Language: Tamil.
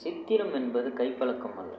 சித்திரம் என்பது கைப்பழக்கம் அல்ல